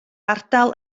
ardal